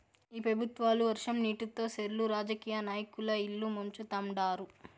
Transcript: ఈ పెబుత్వాలు వర్షం నీటితో సెర్లు రాజకీయ నాయకుల ఇల్లు ముంచుతండారు